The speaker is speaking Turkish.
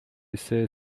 ise